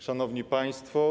Szanowni Państwo!